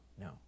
No